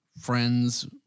friends